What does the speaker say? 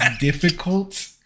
difficult